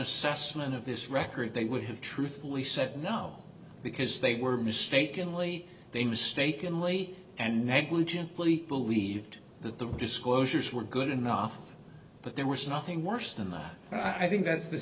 assessment of this record they would have truthfully said no because they were mistakenly they mistakenly and negligently believed that the disclosures were good enough but there was nothing worse than that i think that's the